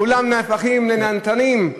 כולם נהפכים לנהנתנים.